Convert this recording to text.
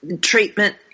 treatment